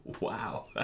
Wow